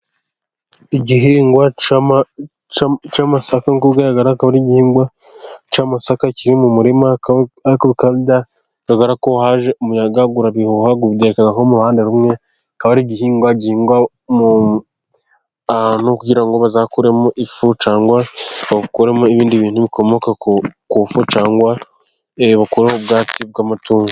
Igihingwa cy'amasaka nkuko bigaragara, kikaba ari igihingwa cy'amasaka kiri mu murima, ariko bikaba bigaragara ko haje umuyaga urabihuha ubyerekeza nko mu ruhande rumwe, kikaba ari igihingwa gihingwa ahantu kugira ngo bazakuremo ifu, cyangwa bakuremo ibindi bintu bikomoka ku ifu, cyangwa bakuremo ubwatsi bw'amatungo.